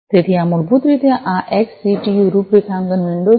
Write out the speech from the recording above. તેથી આ મૂળભૂત રીતે આ એક્સસિટિયું રૂપરેખાંકન વિન્ડો છે